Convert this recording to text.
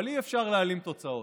אבל אי-אפשר להעלים תוצאות,